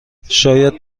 شاید